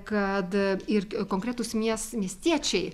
kad ir konkretūs mies miestiečiai